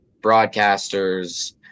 broadcasters